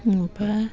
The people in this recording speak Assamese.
ইয়াৰপৰা